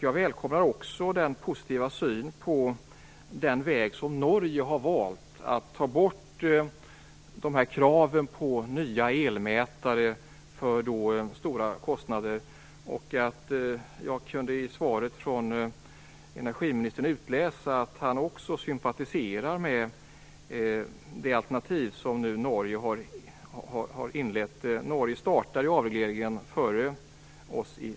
Jag välkomnar också den positiva synen på den väg som Norge har valt i och med att man tagit bort kraven på nya elmätare för stora kostnader. I energiministerns svar kan jag utläsa att han också sympatiserar med det alternativ som Norge har inlett. Norge startade avregleringen före oss.